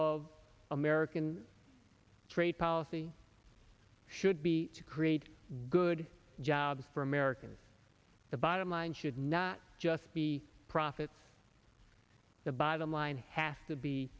of american trade policy should be to create good jobs for americans the bottom line should not just be profits the bottom line has to be